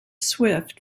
swift